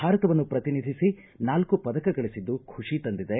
ಭಾರತವನ್ನು ಪ್ರತಿನಿಧಿಸಿ ನಾಲ್ಕು ಪದಕ ಗಳಿಸಿದ್ದು ಖುಷಿ ತಂದಿದೆ